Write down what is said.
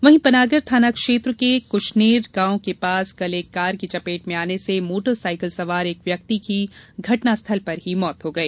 वहीं पनागर थाना क्षेत्र में कुशनेर गांव के पास कल एक कार की चपेट में आने से मोटर सायकल सवार एक व्यक्ति की घटना स्थल पर मौत हो गई